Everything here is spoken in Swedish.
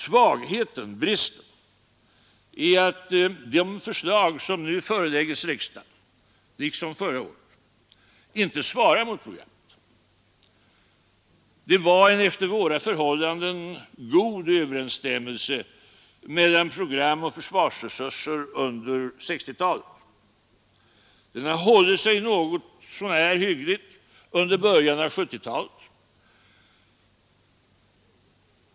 Svagheten, bristen, är att de förslag som nu föreläggs riksdagen — liksom förra årets förslag — inte svarar mot programmet. Det var en efter våra förhållanden god överensstämmelse mellan program och försvarsresurser under 1960-talet. Den har hållit sig något så när hyggligt under början av 1970-talet.